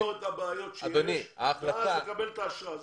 לפתור את הבעיות הקיימות ואז לקבל את האשרה.